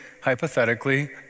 hypothetically